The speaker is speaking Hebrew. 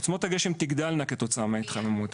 עוצמות הגשם תגדלנה כתוצאה מההתחממות,